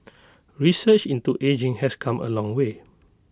research into ageing has come A long way